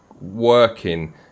working